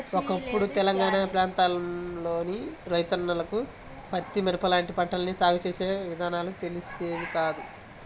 ఒకప్పుడు తెలంగాణా ప్రాంతంలోని రైతన్నలకు పత్తి, మిరప లాంటి పంటల్ని సాగు చేసే విధానాలు తెలిసేవి కాదు